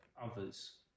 others